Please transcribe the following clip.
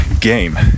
game